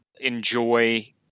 enjoy